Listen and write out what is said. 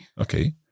Okay